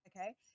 Okay